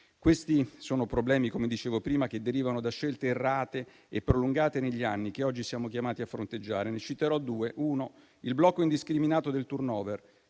Questi sono problemi - come dicevo prima - che derivano da scelte errate e prolungate negli anni che oggi siamo chiamati a fronteggiare. Ne citerò due. La prima è il blocco indiscriminato del *turnover*,